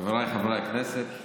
חבריי חברי הכנסת,